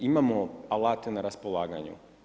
Imamo alate na raspolaganju.